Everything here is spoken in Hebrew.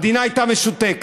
המדינה הייתה משותקת.